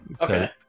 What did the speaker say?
Okay